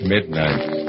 Midnight